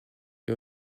que